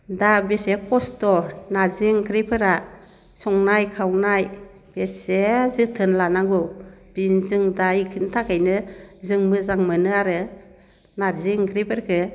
दा बेसे खस्थ' नारजि ओंख्रिफोरा संनाय खावनाय बेसे जोथोन लानांगौ बिनि जों दा इफोरनि थाखाय जों मोजां मोनो आरो नारजि ओंख्रिफोरखो